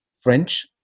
French